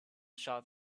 shots